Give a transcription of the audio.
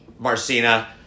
Marcina